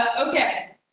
okay